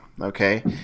okay